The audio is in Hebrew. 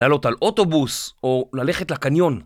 לעלות על אוטובוס או ללכת לקניון